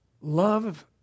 love